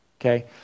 okay